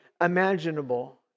imaginable